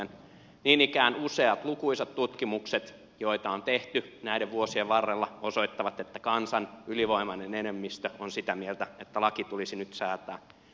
niin ikään useat lukuisat tutkimukset joita on tehty näiden vuosien varrella osoittavat että kansan ylivoimainen enemmistö on sitä mieltä että laki tulisi nyt säätää